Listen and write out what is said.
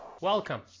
Welcome